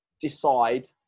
decide